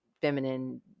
feminine